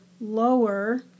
lower